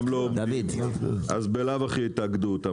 אם הם לא עומדים, ממילא יתאגדו אותם.